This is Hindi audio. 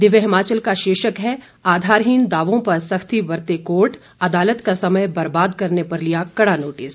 दिव्य हिमाचल का शीर्षक है आधारहीन दावों पर सख्ती बरतें कोर्ट अदालत का समय बर्बाद करने पर लिया कड़ा नोटिस